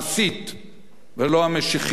ולא המשיחית בארץ-ישראל: